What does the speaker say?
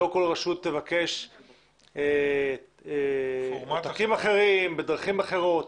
לא כל רשות תבקש עותקים אחרים בדרכים אחרות.